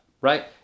right